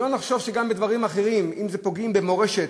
שלא נחשוב שגם בדברים אחרים, אם פוגעים במורשת,